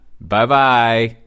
Bye-bye